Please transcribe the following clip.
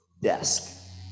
desk